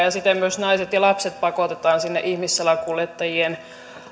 ja siten myös naiset ja lapset pakotetaan sinne ihmissalakuljettajien